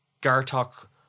Gartok